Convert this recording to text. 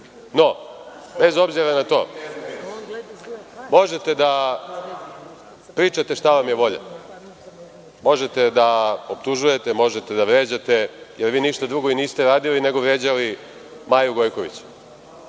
No, bez obzira na to, možete da pričate šta vam je volja, možete da optužujete, možete da vređate, jer vi ništa drugo i niste radili nego vređali Maju Gojković. Kažete